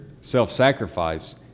self-sacrifice